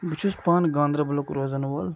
بہٕ چھُس پانہٕ گاندَربَلُک روزَن ووٗل